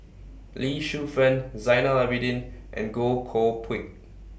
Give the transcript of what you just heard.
Lee Shu Fen Zainal Abidin and Goh Koh Pui